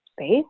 space